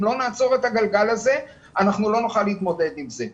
אם לא נעצור את הגלגל הזה לא נוכל להתמודד עם זה.